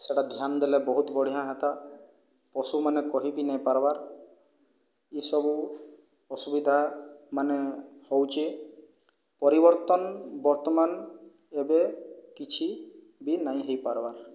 ସେଇଟା ଧ୍ୟାନ ଦେଲେ ବହୁତ ବଢ଼ିଆ ହୁଅନ୍ତା ପଶୁମାନେ କହି ବି ନାହିଁ ପାରିବାର ଏହିସବୁ ଅସୁବିଧା ମାନେ ହେଉଛି ପରିବର୍ତ୍ତନ ବର୍ତ୍ତମାନ ଏବେ କିଛି ବି ନାହିଁ ହୋଇପାରିବାର